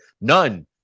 None